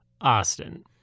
Austin